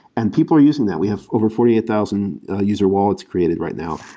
and people are using that. we have over forty eight thousand user wallets created right now.